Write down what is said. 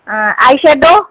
ଆଁ ଆଇସ୍ୟାଡ଼ୋ